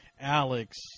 Alex